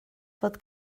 fod